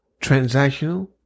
Transactional